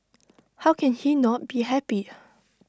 how can he not be happy